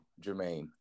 Jermaine